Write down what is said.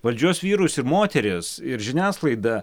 valdžios vyrus ir moteris ir žiniasklaidą